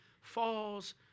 falls